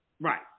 Right